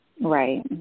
right